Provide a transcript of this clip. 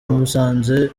musanze